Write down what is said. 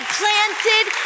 planted